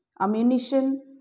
ammunition